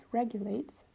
regulates